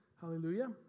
hallelujah